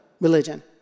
religion